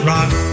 Rock